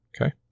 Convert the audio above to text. Okay